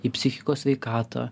į psichikos sveikatą